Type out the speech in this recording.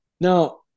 Now